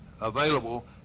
available